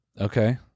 Okay